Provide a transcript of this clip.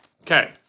Okay